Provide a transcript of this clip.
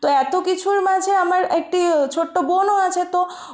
তো এত কিছুর মাঝে আমার একটি ছোট্টো বোনও আছে তো